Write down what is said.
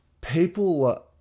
people